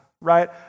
right